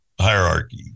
hierarchy